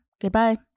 Goodbye